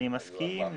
אני מסכים.